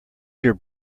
your